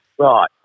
Right